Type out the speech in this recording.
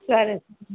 సరే